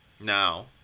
Now